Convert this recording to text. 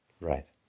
right